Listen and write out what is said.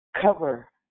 Cover